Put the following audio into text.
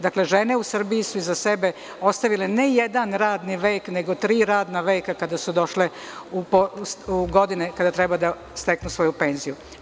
Dakle, žene u Srbiji su iza sebe ostavile ne jedan nego tri radna veka kada su došle u godine kada treba da steknu svoju penziju.